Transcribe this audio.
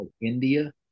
India